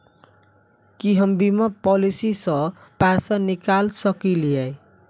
की हम बीमा पॉलिसी सऽ पैसा निकाल सकलिये?